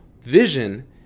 vision